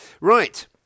right